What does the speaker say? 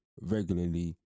regularly